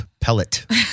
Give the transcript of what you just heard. pellet